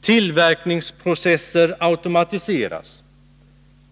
Tillverkningsprocesser automatiseras.